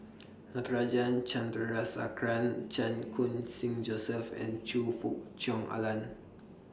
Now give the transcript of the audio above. Natarajan Chandrasekaran Chan Khun Sing Joseph and Choe Fook Cheong Alan